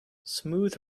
smooth